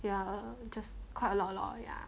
ya just quite a lot a lot ya